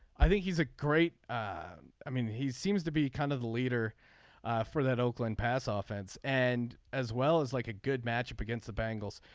i think he's a great i mean he seems to be kind of the leader for that oakland pass ah offense and as well as like a good matchup against the bangles.